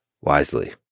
wisely